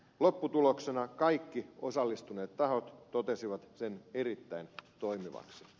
lopputuloksena kaikki osallistuneet tahot totesivat sen erittäin toimivaksi